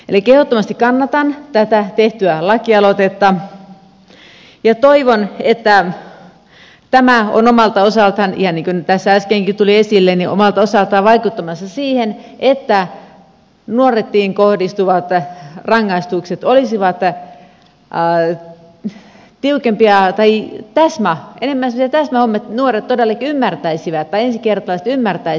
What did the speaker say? elikkä ehdottomasti kannatan tätä tehtyä lakialoitetta ja toivon että tämä on omalta osaltaan ihan niin kuin tässä äskenkin tuli esille vaikuttamassa siihen että nuoriin kohdistuvat rangaistukset olisivat tiukempia tai enemmän semmoisia täsmähommia että nuoret tai ensikertalaiset todellakin ymmärtäisivät ensi kertaa enemmän tai